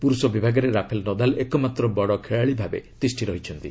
ପୁରୁଷ ବିଭାଗରେ Rafael Nadal ଏକମାତ୍ର ବଡ଼ ଖେଳାଳିଭାବେ ତିଷ୍ଠି ରହିଛନ୍ତି